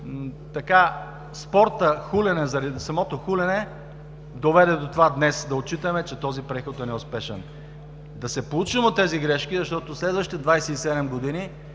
така спортът „хулене“, заради самото „хулене“, доведе до това днес да отчитаме, че този преход е неуспешен. Да се поучим от тези грешки, защото следващите 27 години,